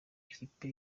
kipe